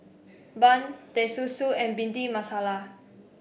Bun Teh Susu and Bhindi Masala